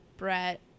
Brett